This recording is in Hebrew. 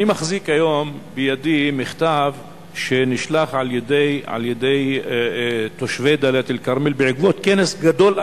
אני מחזיק בידי מכתב שנשלח על-ידי תושבי דאלית-אל-כרמל בעקבות כנס גדול,